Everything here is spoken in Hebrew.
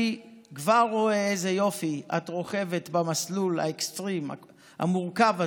ואני כבר רואה איזה יופי את רוכבת במסלול האקסטרים המורכב הזה.